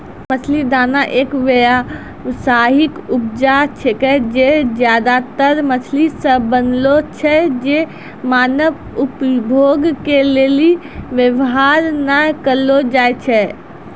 मछली दाना एक व्यावसायिक उपजा छिकै जे ज्यादातर मछली से बनलो छै जे मानव उपभोग के लेली वेवहार नै करलो जाय छै